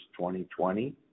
2020